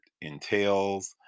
entails